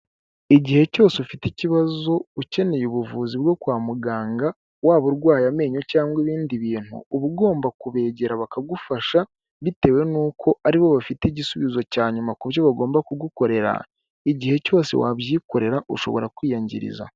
Igihe cyose ufite ikibazo ukeneye ubuvuzi bwo kwa muganga, waba urwaye amenyo cyangwa ibindi bintu, uba ugomba kubegera bakagufasha bitewe n'uko ari bo bafite igisubizo cya nyuma kubyo bagomba kugukorera, igihe cyose wabyikorera ushobora kwiyangiriza.